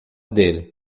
dele